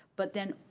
but then,